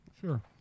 Sure